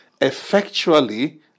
effectually